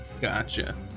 gotcha